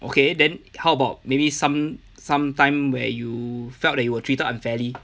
okay then how about maybe some some time where you felt that you were treated unfairly